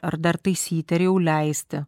ar dar taisyti ar jau leisti